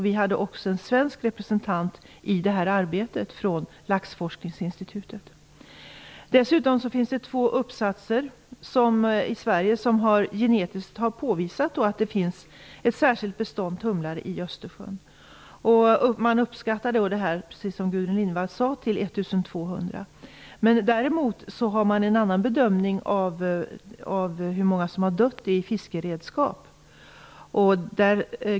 Vi hade också en svensk representant från Laxforskningsinstitutet som deltog i detta arbete. Det finns dessutom två uppsatser i Sverige där man har påvisat genetiskt att det finns ett särskilt bestånd tumlare i Östersjön. Man uppskattar antalet till 1 200, precis som Gudrun Lindvall sade. Däremot har man en annan bedömning av hur många som har dött i fiskeredskap.